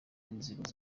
n’inzego